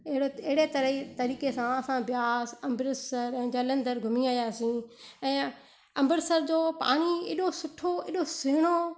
एड़े एड़े तरह ही तरीक़े सां असां ब्यास अमृतसर ऐं जलंधर घुमी आ्यांहिसी ऐं अमृतसर जो पानी एॾो सुठो एॾो सुहिणो